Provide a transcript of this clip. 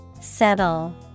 Settle